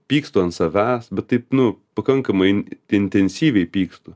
pykstu ant savęs bet taip nu pakankamai intensyviai pykstu